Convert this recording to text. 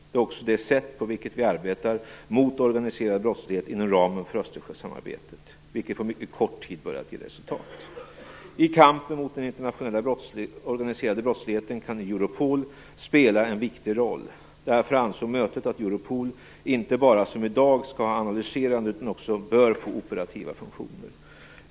Det är också det sätt på vilket vi arbetar mot organiserad brottslighet inom ramen för Östersjösamarbetet, vilket på mycket kort tid börjat ge resultat. I kampen mot den internationella organiserade brottsligheten kan Europol spela en viktig roll. Därför ansåg mötet att Europol inte bara som i dag skall ha analyserande utan också bör få operativa funktioner.